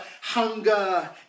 hunger